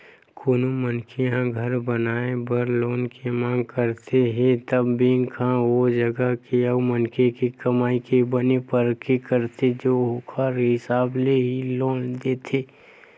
कोनो मनखे ह घर बनाए बर लोन के मांग करत हे त बेंक ह ओ जगा के अउ मनखे के कमई के बने परख करथे ओखर हिसाब ले ही लोन देथे